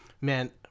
Man